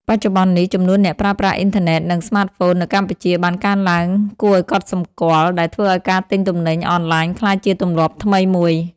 បច្ចុប្បន្ននេះ ចំនួនអ្នកប្រើប្រាស់អ៊ីនធឺណិត និងស្មាតហ្វូននៅកម្ពុជាបានកើនឡើងគួរឱ្យកត់សម្គាល់ ដែលធ្វើឱ្យការទិញទំនិញអនឡាញក្លាយជាទម្លាប់ថ្មីមួយ។